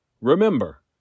Remember